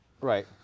Right